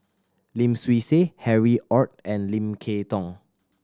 Lim Swee Say Harry Ord and Lim Kay Tong